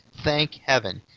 thank heaven!